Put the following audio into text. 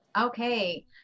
Okay